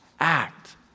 act